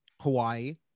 Hawaii